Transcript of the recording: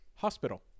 Hospital